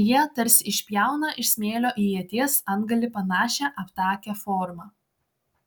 jie tarsi išpjauna iš smėlio į ieties antgalį panašią aptakią formą